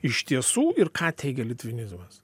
iš tiesų ir ką teigia litvinizmas